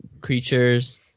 creatures